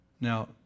Now